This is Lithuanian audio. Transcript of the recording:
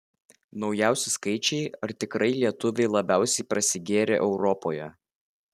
naujausi skaičiai ar tikrai lietuviai labiausiai prasigėrę europoje